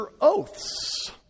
oaths